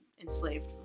enslaved